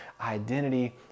identity